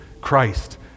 Christ